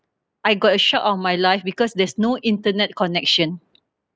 I got a shock of my life because there's no internet connection